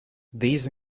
these